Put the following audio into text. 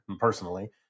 personally